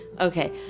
Okay